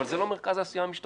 אבל זה לא מרכז העשייה המשטרתית.